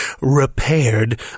repaired